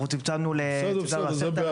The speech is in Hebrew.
אנחנו צמצמנו --- בסדר, זה בעד.